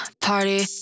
party